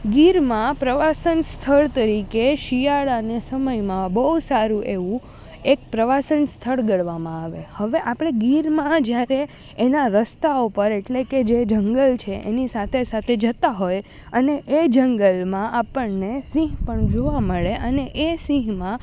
ગીરમાં પ્રવાસન સ્થળ તરીકે શિયાળાને સમયમાં બહુ સારું એવું એક પ્રવાસન સ્થળ ગણવામાં આવે હવે આપણે ગીરમાં જ્યારે એના રસ્તા ઉપર એટલે કે જે જંગલ છે એની સાથે સાથે જતાં હોય અને એ જંગલમાં આપણને સિંહ પણ જોવા મળે અને એ સિંહમાં